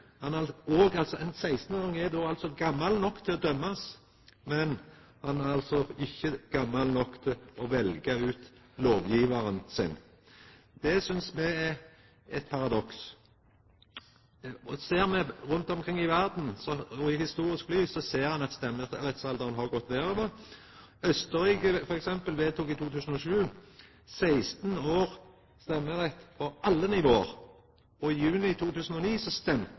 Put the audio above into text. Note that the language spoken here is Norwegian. altså ikkje gammal nok til å velja lovgjevaren sin. Det synest me er eit paradoks. Ser me rundt omkring i verda – i eit historisk lys – så ser me at stemmerettsalderen har gått nedover. Austerrike, f.eks., vedtok i 2007 16-års stemmerett på alle nivå, og i juni 2009